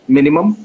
Minimum